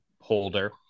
holder